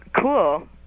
cool